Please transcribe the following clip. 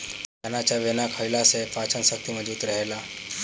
चना चबेना खईला से पाचन शक्ति मजबूत रहेला